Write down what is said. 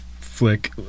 flick